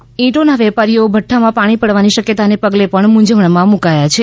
આ સાથે ઈંટોના વેપારીઓ ભઠ્ઠામાં પાણી પડવાની શક્યતાને પગલે મુંઝવણમાં મૂકાયા છે